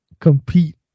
Compete